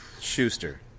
Schuster